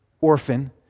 orphan